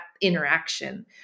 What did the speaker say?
interaction